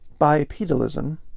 Bipedalism